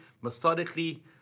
methodically